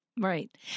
Right